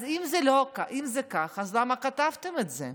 אז אם זה כך, למה כתבתם את זה?